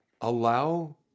allow